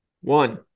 one